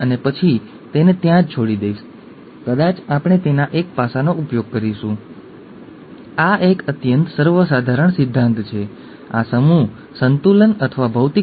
અને એ જ રીતે હન્ટિંગ્ટનનો રોગ જે ખરેખર પિસ્તાલીસથી ઉપર પ્રગટ થાય છે તે આનુવંશિક વિકાર છે